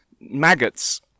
Maggots